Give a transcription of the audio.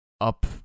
up